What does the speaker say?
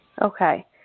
Okay